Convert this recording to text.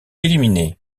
éliminés